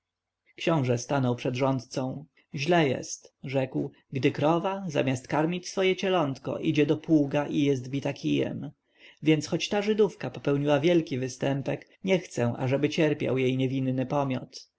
książę stanął przed rządcą źle jest rzekł gdy krowa zamiast karmić swoje cielątko idzie do pługa i jest bita kijem więc choć ta żydówka popełniła wielki występek nie chcę ażeby cierpiał jej niewinny pomiot